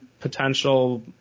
potential